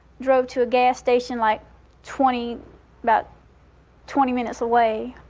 drove to a gas station like twenty about twenty minutes away,